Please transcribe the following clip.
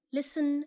listen